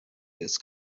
this